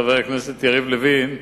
חבר הכנסת יריב לוין,